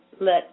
let